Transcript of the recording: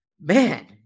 man